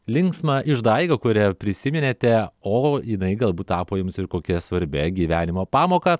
linksmą išdaigą kurią prisiminėte o jinai galbūt tapo jums ir kokia svarbia gyvenimo pamoka